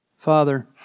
Father